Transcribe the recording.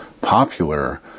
popular